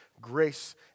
grace